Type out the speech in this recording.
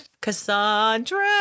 Cassandra